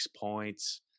points